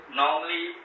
normally